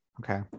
Okay